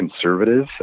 conservative